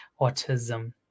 autism